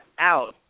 out